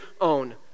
own